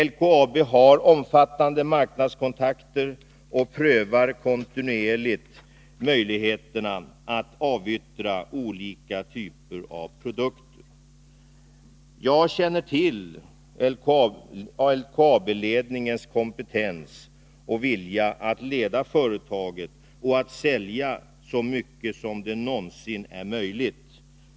LKAB har omfattande marknadskontakter och prövar kontinuerligt möjligheterna att avyttra olika typer av produkter. Jag känner till LKAB-ledningens kompetens och vilja att leda företaget och att sälja så mycket som det någonsin är möjligt.